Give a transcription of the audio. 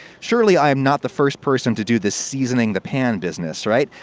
surely i am not the first person to do this seasoning the pan business, right?